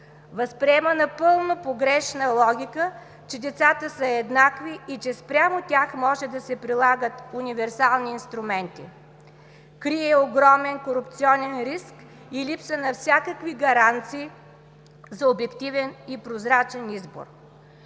Възприема напълно погрешна логика, че децата са еднакви и че спрямо тях може да се прилагат универсални инструменти. Крие огромен корупционен риск и липса на всякакви гаранции за обективен и прозрачен избор.